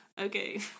okay